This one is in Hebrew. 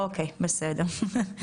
בסדר,